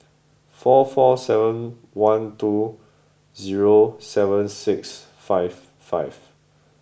four four seven one two zero seven six five five